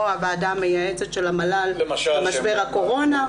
הוועדה המייעצת של המל"ל במשבר הקורונה.